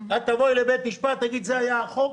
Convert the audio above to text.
תבואי לבית המשפט ותגידי: זה היה החוק,